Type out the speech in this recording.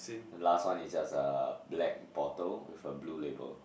the last one is just uh black bottle with a blue label